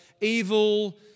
Evil